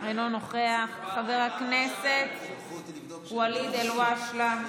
אינו נוכח, חבר הכנסת ואליד אלהואשלה,